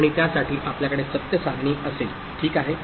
आणि त्यासाठी आपल्याकडे सत्य सारणी असेल ठीक आहे